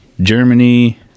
Germany